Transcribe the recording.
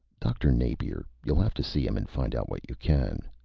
dr. napier, you'll have to see him and find out what you can.